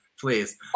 please